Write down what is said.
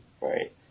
right